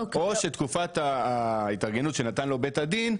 או שתקופת ההתארגנות שנתן לו בית הדין,